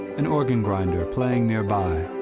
an organ-grinder playing near by,